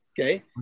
Okay